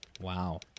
Wow